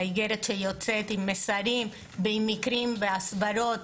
האיגרת יוצאת עם מסרים, עם מקרים והסברות,